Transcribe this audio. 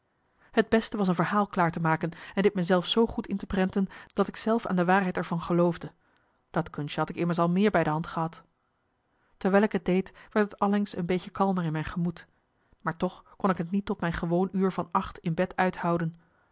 het beste was een verhaal klaar te maken en dit me zelf zoo goed in te prenten dat ik zelf aan de waarheid er van geloofde dat kunsje had ik immers al meer bij de hand gehad terwijl ik t deed werd het allengs een beetje marcellus emants een nagelaten bekentenis kalmer in mijn gemoed maar toch kon ik t niet tot mijn gewoon uur van acht in bed uithouden